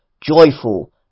joyful